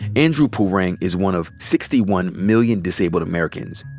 andrew pulrang is one of sixty one million disabled americans.